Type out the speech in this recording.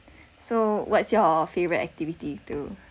so what's your favourite activity to